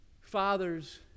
father's